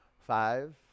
Five